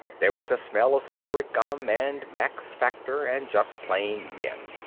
there was the smell of spirit gum and max factor and just plain men.